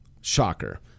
Shocker